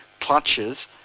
clutches